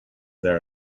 there